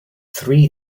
three